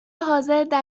حاضردر